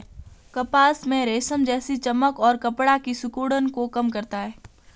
कपास में रेशम जैसी चमक और कपड़ा की सिकुड़न को कम करता है